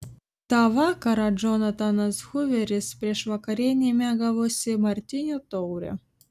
tą vakarą džonatanas huveris prieš vakarienę mėgavosi martinio taure